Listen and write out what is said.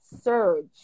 surge